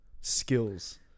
skills